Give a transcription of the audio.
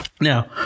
Now